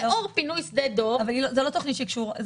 לאור פינוי שדה דב --- אבל זו לא תוכנית קשורה.